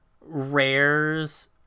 rares